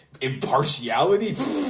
impartiality